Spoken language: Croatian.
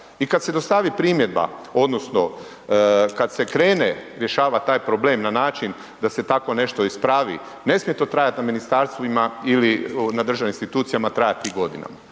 I kada se dostavi primjedba, odnosno kada se krene rješavati taj problem na način da se tako nešto ispravi, ne smije to trajati na ministarstvima ili na državnim institucijama trajati godinama